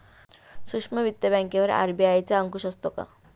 सूक्ष्म वित्त बँकेवर आर.बी.आय चा अंकुश असतो का?